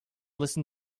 listen